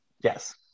Yes